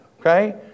Okay